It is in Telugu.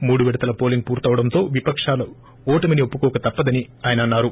మూడు విడతల పోలింగ్ పూర్తవడంతో విపకాలు ఓటమిని ఒప్పుకోక తప్పదని అన్నారు